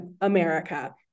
America